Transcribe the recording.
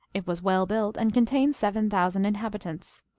it was well built, and contained seven thousand inhabitants.